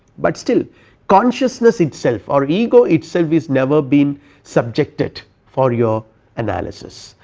but still consciousness itself or ego itself is never been subjected for your analysis.